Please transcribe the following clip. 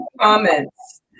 comments